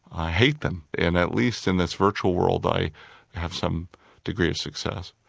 i hate them, and at least in this virtual world i have some degree of success.